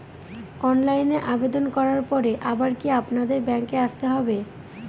অনলাইনে আবেদন করার পরে আবার কি আপনাদের ব্যাঙ্কে আসতে হবে?